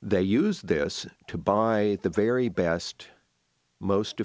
they use this to buy the very best most